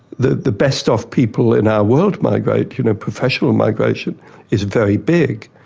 the the best off people in our world migrate, you know professional migration is very big.